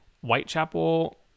Whitechapel